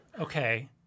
okay